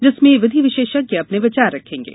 जिसमें विधि विशेषज्ञ अपने विचार रखेंगे